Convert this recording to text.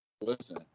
Listen